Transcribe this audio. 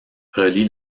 relie